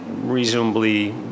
Reasonably